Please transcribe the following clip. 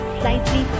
slightly